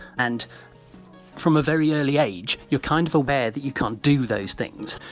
and from a very early age you're kind of aware that you can't do those things,